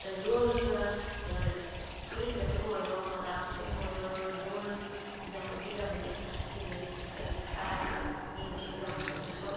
ꯂꯣꯜꯂꯒ ꯐꯨꯔꯤꯠ ꯃꯇꯕꯨ ꯑꯣꯏꯔꯣ ꯃꯣꯖꯥ ꯃꯇꯕꯨ ꯑꯣꯏꯔꯣ ꯂꯣꯟꯅꯕꯒꯤ ꯂꯪꯁꯦ ꯁꯤꯁꯦ ꯍꯦꯛ ꯄꯥꯏꯕꯗ ꯃꯤꯅ ꯁꯤꯖꯟꯅꯕ ꯃꯇꯝꯗꯁꯨ